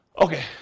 Okay